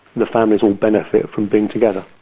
the families all benefit from being together.